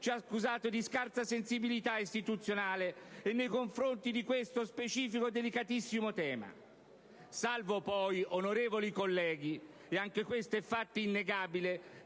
ci ha accusato di scarsa sensibilità istituzionale nei confronti di questo specifico e delicatissimo tema; salvo poi, onorevoli colleghi (e anche questo è un fatto innegabile,